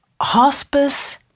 Hospice